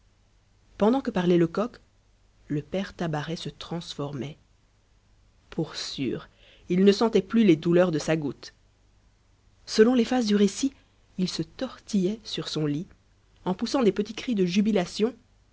pendant que parlait lecoq le père tabaret se transformait pour sûr il ne sentait plus les douleurs de sa goutte selon les phases du récit il se tortillait sur son lit en poussant des petits cris de jubilation